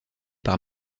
par